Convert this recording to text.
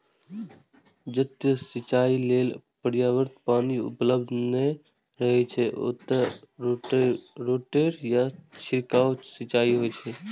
जतय सिंचाइ लेल पर्याप्त पानि उपलब्ध नै रहै छै, ओतय रोटेटर सं छिड़काव सिंचाइ होइ छै